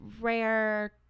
rare